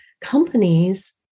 companies